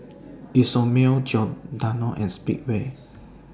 Isomil Giordano and Speedway